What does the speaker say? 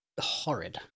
horrid